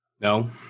No